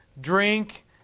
drink